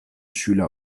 schüler